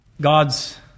God's